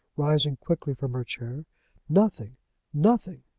rising quickly from her chair nothing nothing!